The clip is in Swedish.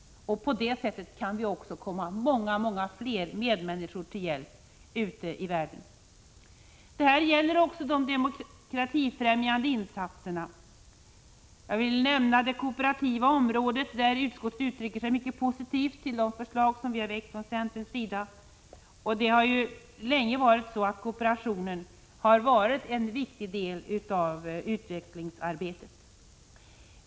På det viset kan vi också komma många fler medmänniskor till hjälp ute i världen. Detta gäller också de demokratifrämjande insatserna. Jag vill nämna det kooperativa området, där utskottet uttrycker sig mycket positivt om de förslag som vi har väckt från centern. Kooperationen har länge varit en viktig del av utvecklingsarbetet.